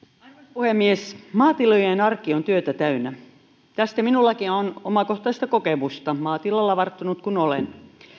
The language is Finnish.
puhemies maatilojen arki on työtä täynnä tästä minullakin on omakohtaista kokemusta maatilalla varttunut kun olen